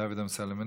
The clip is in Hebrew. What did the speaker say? דוד אמסלם,